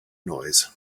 noise